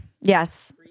Yes